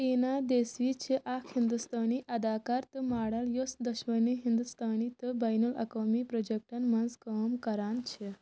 ٹیٖنا دیسی چھِ اکھ ہندوستٲنی اداکارا تہٕ ماڈل یۄس دۄشوٕنی ہندوستٲنی تہٕ بین الاقوٲمی پروجیکٹَن منٛز کٲم کران چھِ